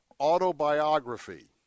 autobiography